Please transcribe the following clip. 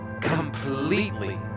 completely